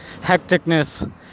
hecticness